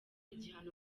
igihano